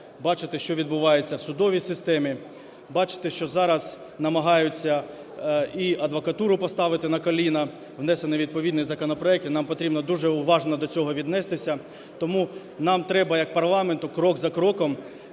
бачити, що відбувається в судовій системі, бачити, що зараз намагаються і адвокатуру поставити на коліна, внесено відповідний законопроект і нам потрібно дуже уважно до цього віднестися. Тому нам треба, як парламенту, крок за кроком